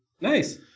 nice